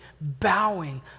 bowing